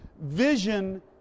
vision